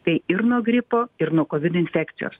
tai ir nuo gripo ir nuo kovid infekcijos